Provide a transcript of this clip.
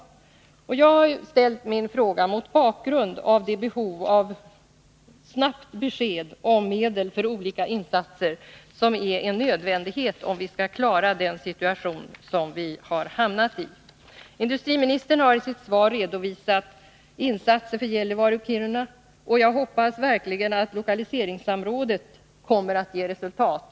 Jag har ställt min fråga mot bakgrund av det behov av ett snabbt besked om medel för olika insatser som är en nödvändighet, om vi skall klara den situation som vi har hamnat i. Industriministern har i sitt svar redovisat insatser för Gällivare och Kiruna, och jag hoppas verkligen att lokaliseringssamrådet kommer att ge resultat.